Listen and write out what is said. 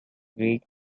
greek